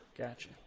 Gotcha